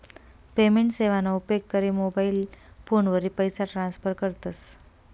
payment सेवाना उपेग करी मोबाईल फोनवरी पैसा ट्रान्स्फर करतस